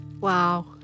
Wow